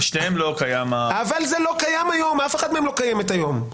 זה לא קיים היום, אף אחת מהן לא קיימת היום.